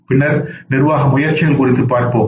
பின்னர் நிர்வாக முயற்சிகள் குறித்து பார்ப்போம்